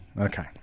Okay